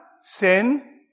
sin